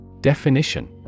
Definition